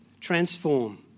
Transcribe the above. Transform